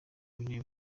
w’intebe